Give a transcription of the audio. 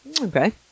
Okay